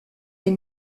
est